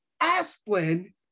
Asplin